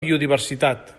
biodiversitat